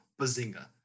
Bazinga